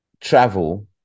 travel